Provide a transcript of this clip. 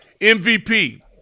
MVP